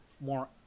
more